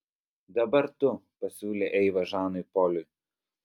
dabar tu pasiūlė eiva žanui poliui